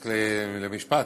רק משפט,